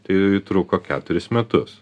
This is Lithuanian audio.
tai truko keturis metus